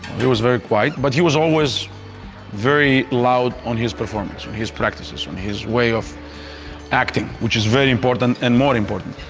he was very quiet, but he was always very loud on his performances, his practices, his way of acting which is very important, and more important.